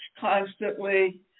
constantly